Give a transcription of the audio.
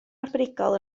arbenigol